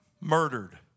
murdered